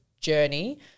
journey